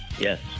Yes